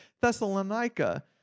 Thessalonica